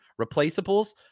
replaceables